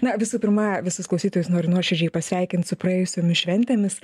na visų pirma visus klausytojus noriu nuoširdžiai pasveikint su praėjusiomis šventėmis